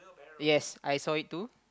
yes I saw it too